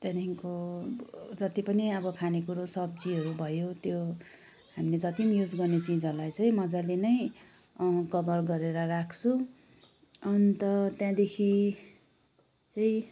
त्यहाँदेखिको जति पनि अब खाने कुरो सब्जीहरू भयो त्यो हामीले जति नि युज गर्ने चिजहरूलाई चाहिँ मजाले नै कभर गरेर राख्छु अन्त त्यहाँदेखि चाहिँ